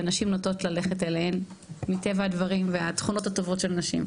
ונשים נוטות ללכת אליהן מטבע הדברים והתכונות הטובות של נשים.